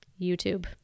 YouTube